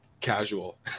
casual